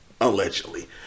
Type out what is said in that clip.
Allegedly